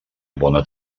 bona